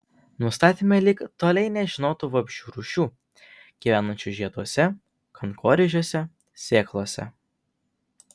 nustatėme lig tolei nežinotų vabzdžių rūšių gyvenančių žieduose kankorėžiuose sėklose